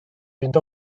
fynd